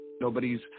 Nobody's